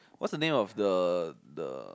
what's the name of the the